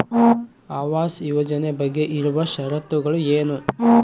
ಆವಾಸ್ ಯೋಜನೆ ಬಗ್ಗೆ ಇರುವ ಶರತ್ತುಗಳು ಏನು?